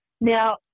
Now